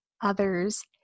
others